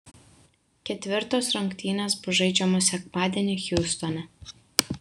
ketvirtos rungtynės bus žaidžiamos sekmadienį hjustone